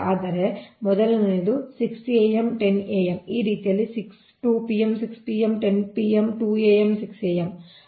ಆದ್ದರಿಂದ ಮೊದಲನೆಯದು 6 am 10 am ಈ ರೀತಿಯಲ್ಲಿ 2 pm 6 pm 10 pm 2 am 6 am